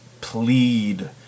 plead